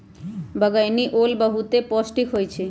बइगनि ओल बहुते पौष्टिक होइ छइ